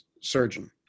surgeon